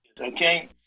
Okay